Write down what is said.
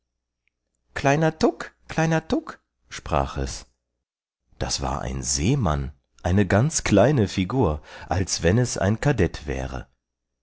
kleiner tuk kleiner tuk sprach es das war ein seemann eine ganz kleine figur als wenn es ein kadett wäre